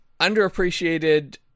underappreciated